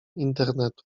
internetu